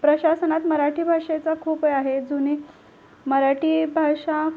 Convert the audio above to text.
प्रशासनात मराठी भाषेचा खूप आहे जुनी मराठी भाषा